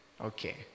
Okay